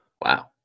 wow